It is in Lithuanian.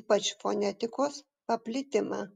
ypač fonetikos paplitimą